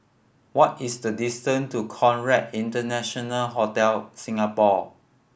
what is the distance to Conrad International Hotel Singapore